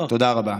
תודה רבה.